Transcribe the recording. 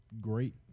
Great